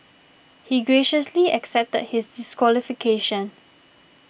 he graciously accepted his disqualification